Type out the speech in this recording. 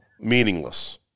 meaningless